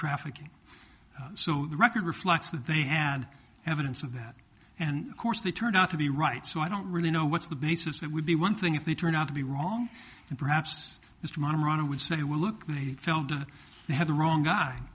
trafficking so the record reflects that they had evidence of that and of course they turned out to be right so i don't really know what's the basis that would be one thing if they turned out to be wrong and perhaps this tomorrow would say well look they felt they had the wrong guy